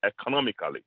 economically